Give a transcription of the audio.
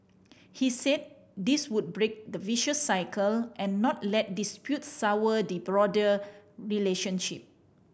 he said this would break the vicious cycle and not let disputes sour the broader relationship